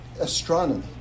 astronomy